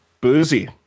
Boozy